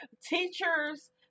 teachers